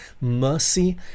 mercy